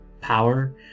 power